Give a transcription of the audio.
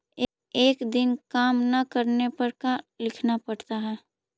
एक दिन काम न करने पर का लिखना पड़ता है?